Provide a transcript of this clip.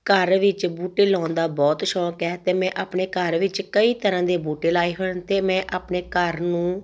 ਘਰ ਵਿੱਚ ਬੂਟੇ ਲਗਾਉਣ ਦਾ ਬਹੁਤ ਸ਼ੌਕ ਹੈ ਅਤੇ ਮੈਂ ਆਪਣੇ ਘਰ ਵਿੱਚ ਕਈ ਤਰ੍ਹਾਂ ਦੇ ਬੂਟੇ ਲਗਾਏ ਹਨ ਅਤੇ ਮੈਂ ਆਪਣੇ ਘਰ ਨੂੰ